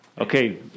Okay